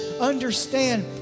understand